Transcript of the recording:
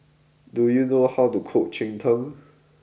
do you know how to cook Cheng Tng